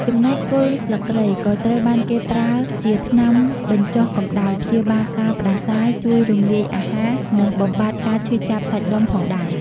ចំណែក គល់ស្លឹកគ្រៃក៏ត្រូវបានគេប្រើជាថ្នាំបញ្ចុះកម្តៅ ព្យាបាលការផ្តាសាយ ជួយរំលាយអាហារ និងបំបាត់ការឈឺចាប់សាច់ដុំផងដែរ។